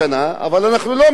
אבל אנחנו לא מקבלים.